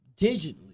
digitally